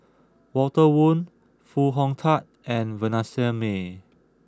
Walter Woon Foo Hong Tatt and Vanessa Mae